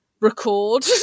Record